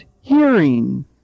hearing